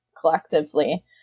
collectively